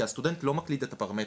כי הסטודנט לא מקליד את הפרמטרים.